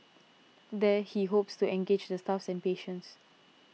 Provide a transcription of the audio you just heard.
there he hopes to engage the staff and patients